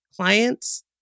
clients